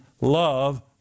love